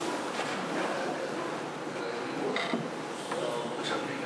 את הנושא לוועדה שתקבע